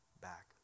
back